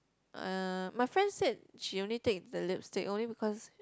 uh my friend said she only take the lipstick only because